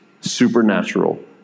supernatural